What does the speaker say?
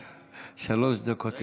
שלוש דקות לרשותך.